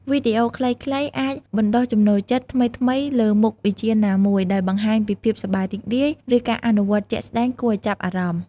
វីដេអូខ្លីៗអាច បណ្ដុះចំណូលចិត្ត ថ្មីៗលើមុខវិជ្ជាណាមួយ ដោយបង្ហាញពីភាពសប្បាយរីករាយ ឬការអនុវត្តជាក់ស្ដែងគួរឲ្យចាប់អារម្មណ៍។